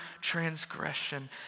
transgression